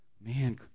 man